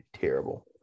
terrible